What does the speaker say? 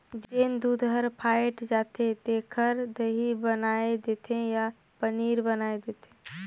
जेन दूद हर फ़ायट जाथे तेखर दही बनाय देथे या पनीर बनाय देथे